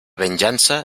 venjança